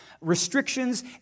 Restrictions